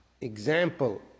example